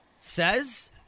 says